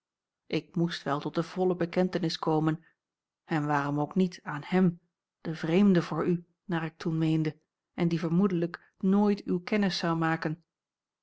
ik moest wel tot de volle bekentenis komen en waarom ook niet aan hem den vreemde voor u naar ik toen meende en die vermoedelijk nooit uwe kennis zou maken